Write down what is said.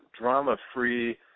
drama-free